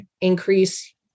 increase